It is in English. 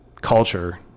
culture